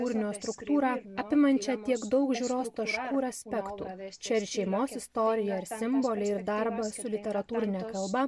kūrinio struktūrą apimančią tiek daug žiūros taškų ir aspektų čia ir šeimos istorija ir simboliai ir darbas su literatūrine kalba